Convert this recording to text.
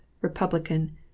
Republican